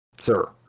sir